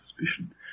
suspicion